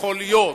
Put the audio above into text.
שיכולים להיות,